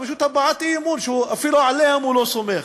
זה פשוט הבעת אי-אמון, אפילו עליהם הוא לא סומך.